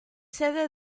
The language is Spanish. sede